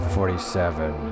Forty-seven